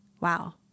Wow